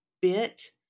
bit